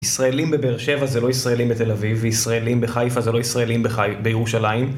ישראלים בבאר שבע זה לא ישראלים בתל אביב, וישראלים בחיפה זה לא ישראלים בחי בירושלים.